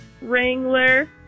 Wrangler